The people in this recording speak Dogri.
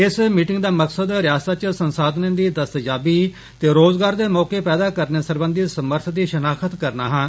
इस मीटिंग दा मकसद रिआसता च संसाधनें दी दस्तयाबी ते रोजगार दे मौके पैदा करने सरबंधी समर्थ दी षिनाख्त करना हा